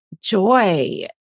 joy